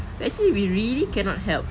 but actually we really cannot help